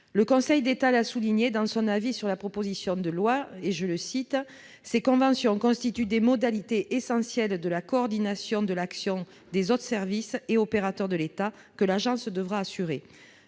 Le Conseil d'État l'a souligné dans son avis sur la proposition de loi, « ces conventions constituent des modalités essentielles de la coordination de l'action des autres services et opérateurs de l'État que l'agence devra assurer ».